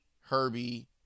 Herbie